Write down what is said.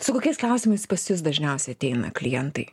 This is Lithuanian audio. su kokiais klausimais pas jus dažniausiai ateina klientai